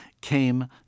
came